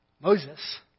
Moses